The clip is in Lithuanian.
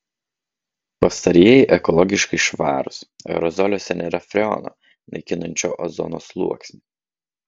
pastarieji ekologiškai švarūs aerozoliuose nėra freono naikinančio ozono sluoksnį